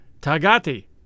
tagati